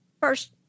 first